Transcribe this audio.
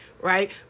Right